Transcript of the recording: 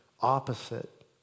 opposite